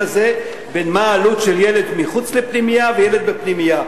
הזה בין העלות של ילד מחוץ לפנימייה לעלות